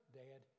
dad